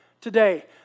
today